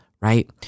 right